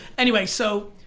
anyway, so